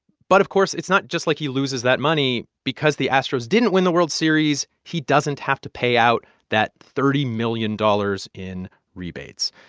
but, of course, it's not just like he loses that money. because the astros didn't win the world series, he doesn't have to pay out that thirty million dollars in rebates.